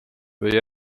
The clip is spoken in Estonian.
või